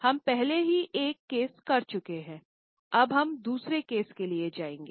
हम पहले ही एक केस कर चुके हैं अब हम दूसरे केस के लिए जाएंगे